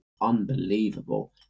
unbelievable